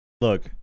Look